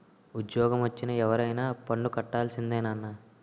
ఉజ్జోగమొచ్చిన ఎవరైనా పన్ను కట్టాల్సిందే నాన్నా